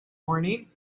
morning